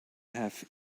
have